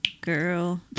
girl